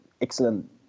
excellent